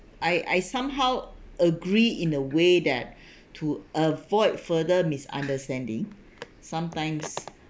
I I somehow agree in a way that to avoid further misunderstanding sometimes